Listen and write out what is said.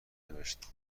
نوشت